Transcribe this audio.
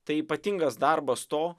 tai ypatingas darbas to